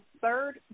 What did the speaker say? third